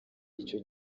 icyo